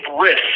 risk